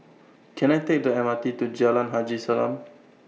Can I Take The M R T to Jalan Haji Salam